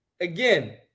again